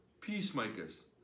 peacemakers